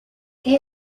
que